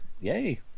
Yay